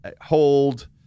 hold